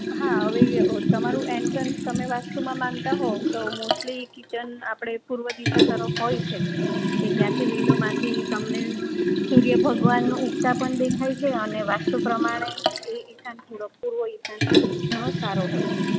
હા હવે તમારું એન્ટ્રન્સ તમે વાસ્તુમાં માનતા હોવ તો મોસ્ટલી કિચન આપણે પૂર્વ દિશા તરફ હોય છે કે જ્યાંથી વિન્ડોમાંથી તમને સૂર્ય ભગવાન ઊગતા પણ દેખાય છે અને વાસ્તુ પ્રમાણે એ ઇશાન ખૂણો પૂર્વ ઇશાન ખૂણો સારો હોય છે